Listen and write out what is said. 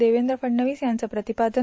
देवेंद्र फडणवीस यांचं प्रतिपादन